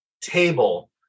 table